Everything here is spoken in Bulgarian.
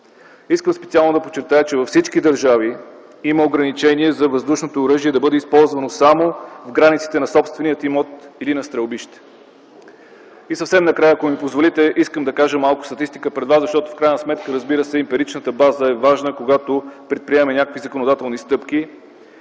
Искам специално да подчертая, че във всички държави има ограничение за въздушното оръжие – да бъде използвано само в границите на собствения имот или на стрелбище. Съвсем накрая, ако ми позволите, искам да кажа малко статистика пред вас, защото в крайна сметка, разбира се, емпиричната база е важна, когато предприемаме някакви законодателни стъпки.